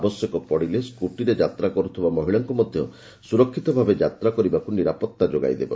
ଆବଶ୍ୟକ ପଡ଼ିଲେ ସ୍କୁଟିରେ ଯାତ୍ରା କରୁଥିବା ମହିଳାଙ୍କୁ ମଧ୍ୟ ସୁରକ୍ଷିତ ଭାବେ ଯାତ୍ରା କରିବାକୁ ନିରାପତ୍ତା ଯୋଗାଇ ଦେବ